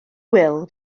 wil